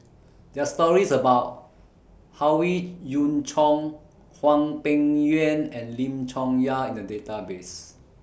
There Are stories about Howe Yoon Chong Hwang Peng Yuan and Lim Chong Yah in The Database